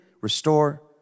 restore